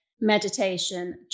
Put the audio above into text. meditation